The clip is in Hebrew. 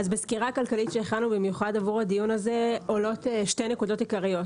בסקירה כלכלית שהכנו במיוחד עבור הדיון הזה עולות שתי נקודות עיקריות.